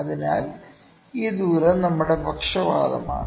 അതിനാൽ ഈ ദൂരം നമ്മുടെ പക്ഷപാതമാണ്